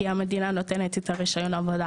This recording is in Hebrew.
כי המדינה נותנת את הרישיון עבודה